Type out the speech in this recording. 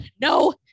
no